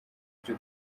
cyo